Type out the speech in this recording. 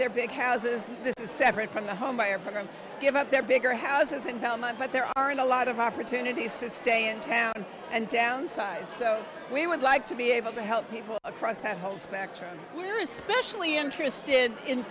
their big houses to separate from the home buyer program give up their bigger houses and velma but there aren't a lot of opportunities to stay in town and downsize so we would like to be able to help people across the whole spectrum we're especially interested in